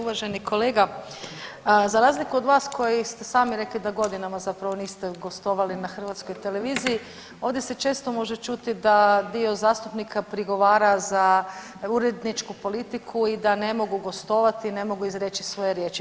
Uvaženi kolega za razliku od vas koji ste sami rekli da godina zapravo niste gostovali na Hrvatskoj televiziji, ovdje se često može čuti da dio zastupnika prigovara za uredničku politiku i da ne mogu gostovati, ne mogu izreći svoje riječi.